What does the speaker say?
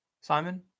Simon